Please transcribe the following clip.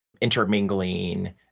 intermingling